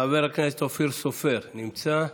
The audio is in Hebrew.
חבר הכנסת אופיר סופר, נמצא?